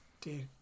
dude